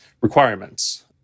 requirements